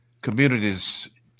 communities